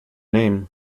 name